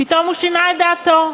פתאום הוא שינה את דעתו,